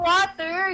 Water